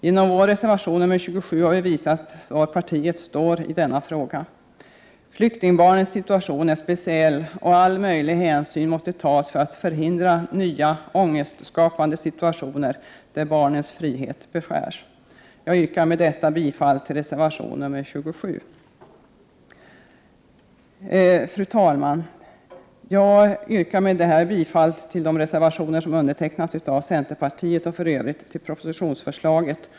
Genom vår reservation nr 27 har vi visat var partiet står i denna fråga. Flyktingbarnens situation är speciell, och all möjlig hänsyn måste tas för att förhindra nya ångestskapande situationer där barnens frihet beskärs. Jag yrkar med detta bifall till reservation nr 27. Fru talman! Jag yrkar med det anförda bifall till de reservationer som undertecknats av centerpartiet och i övrigt till propositionsförslagen.